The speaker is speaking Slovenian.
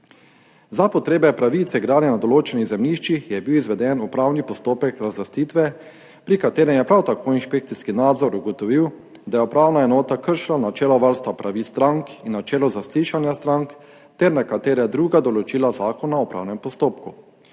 Za potrebe pravice gradnje na določenih zemljiščih je bil izveden upravni postopek razlastitve, pri katerem je prav tako inšpekcijski nadzor ugotovil, da je upravna enota kršila načelo varstva pravic strank in načelo zaslišanja strank ter nekatera druga določila Zakona o upravnem postopku.